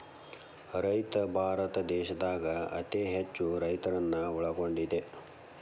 ರೈತ ಭಾರತ ದೇಶದಾಗ ಅತೇ ಹೆಚ್ಚು ರೈತರನ್ನ ಒಳಗೊಂಡಿದೆ